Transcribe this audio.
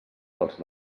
dels